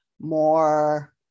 more